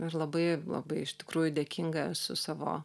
ir labai labai iš tikrųjų dėkinga esu savo